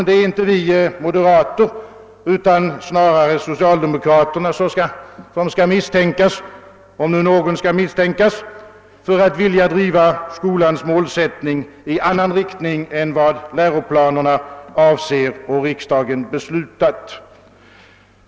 Det är inte vi moderater utan snarare socialdemokraterna som skall misstänkas — om nu någon skall misstänkas — för att vilja driva skolans målsättning i annan riktning än vad läroplanerna avser och riksdagen beslutat.